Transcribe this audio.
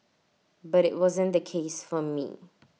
but IT wasn't the case for me